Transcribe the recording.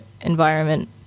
environment